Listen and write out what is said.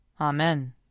Amen